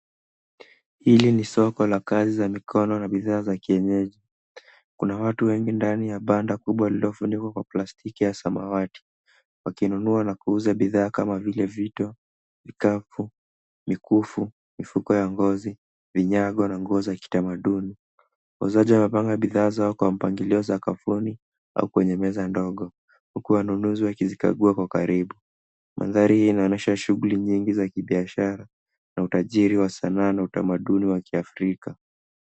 Hili ni soko la kazi za mikono na bidhaa za kienyeji. Kuna watu wengi ndani ya banda kubwa lililo funikwa kwa plastiki ya samawati wakinunua na kuuza bidhaa kama vile vito, vikapu, mikufu, mifuko ya ngozi, vinyago na nguo za kitamaduni. Wauzaji wamepanga bidhaa zao kwa mpangilio sakafuni au kwenye meza ndogo huku wanunuzi waki zikagua kwa karibu. Mandhari hii inaonyesha shughuli nyingi za kibiashara na utajiri wa sanaa na utamaduni wa kiafrika.